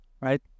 right